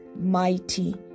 mighty